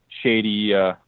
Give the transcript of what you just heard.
shady